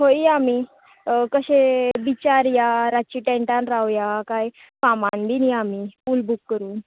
खंय या आमी कशे बिचार या रातची टँटान रावया काय फार्मान बीन या आमी पूल बूक करून